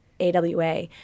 AWA